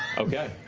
okay.